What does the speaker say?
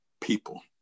people